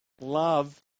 love